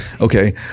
Okay